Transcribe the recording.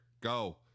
Go